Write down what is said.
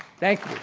thank